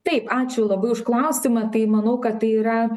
taip ačiū labai už klausimą tai manau kad tai yra